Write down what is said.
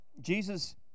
Jesus